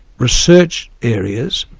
research areas,